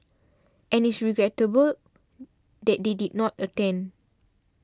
and it's regrettable that they did not attend